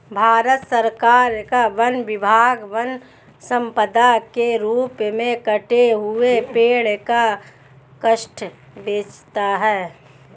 भारत सरकार का वन विभाग वन सम्पदा के रूप में कटे हुए पेड़ का काष्ठ बेचता है